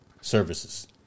services